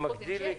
יש חוזים שיש.